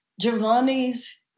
Giovanni's